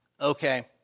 Okay